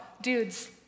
dudes